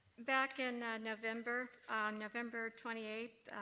back in november, on november twenty eight,